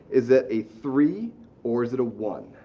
is it a three or is it a one?